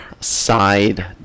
side